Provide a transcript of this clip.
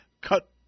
cut